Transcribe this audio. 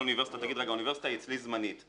האוניברסיטה ותגיד: האוניברסיטה היא אצלי זמנית,